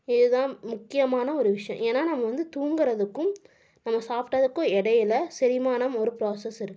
இதுதான் முக்கியமான ஒரு விஷயம் ஏன்னா நம்ம வந்து தூங்குகிறதுக்கும் நம்ம சாப்பிட்டதுக்கும் இடையில செரிமானம் ஒரு ப்ராசஸ் இருக்கு